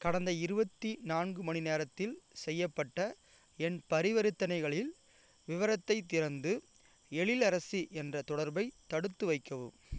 கடந்த இருபத்தி நான்கு மணி நேரத்தில் செய்யப்பட்ட என் பரிவர்த்தனைகளின் விவரத்தைத் திறந்து எழிலரசி என்ற தொடர்பை தடுத்து வைக்கவும்